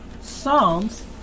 Psalms